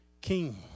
king